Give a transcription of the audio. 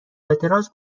اعتراض